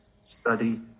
study